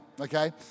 okay